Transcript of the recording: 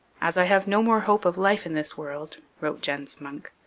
as i have no more hope of life in this world wrote jens munck,